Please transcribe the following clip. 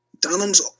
Dunham's